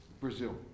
Brazil